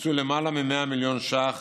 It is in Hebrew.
הוקצו למעלה מ-100 מיליון ש"ח